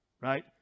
right